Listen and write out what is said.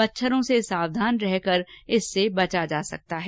मच्छरों से सावधान रहकर इससे बचा जा सकता है